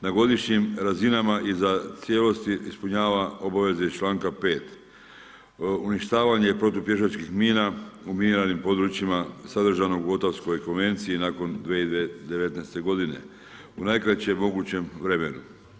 Na godišnjim razinama i za cijelosti ispunjava obaveze iz članka 5. uništavanja protupješačkih mina u miniranim područjima sadržanog u Otavskoj konvenciji nakon 2019. godine u najkraćem mogućem vremenu.